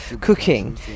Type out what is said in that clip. cooking